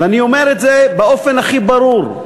ואני אומר את זה באופן הכי ברור.